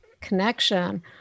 connection